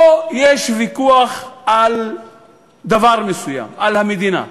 פה יש ויכוח על דבר מסוים, על המדינה.